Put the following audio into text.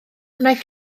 wnaiff